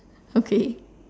okay